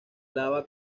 lava